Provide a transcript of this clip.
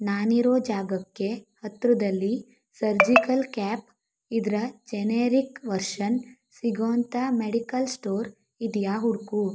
ನಾನಿರೋ ಜಾಗಕ್ಕೆ ಹತ್ತಿರದಲ್ಲಿ ಸರ್ಜಿಕಲ್ ಕ್ಯಾಪ್ ಇದ್ರೆ ಜೆನೆರಿಕ್ ವರ್ಷನ ಸಿಗೋಂಥ ಮೆಡಿಕಲ್ ಸ್ಟೋರ್ ಇದೆಯಾ ಹುಡುಕು